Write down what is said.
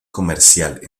comercial